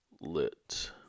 lit